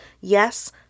Yes